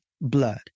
Blood